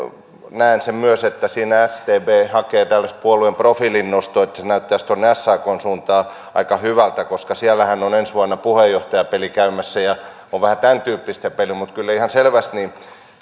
näen sen myös että siinä sdp hakee tällaista puolueen profiilin nostoa että se näyttäisi tuonne sakn suuntaan aika hyvältä koska siellähän on ensi vuonna puheenjohtajapeli käymässä ja on vähän tämäntyyppistä peliä mutta kyllä ihan selvästi tämä